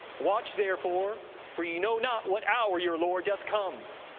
watch therefore for ye know not what hour your lord doth come.